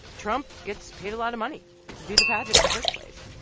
trump gets paid a lot of money to do the pageant in the first place.